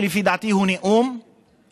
שלפי דעתי הוא נאום מסוכן,